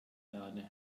erde